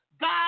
God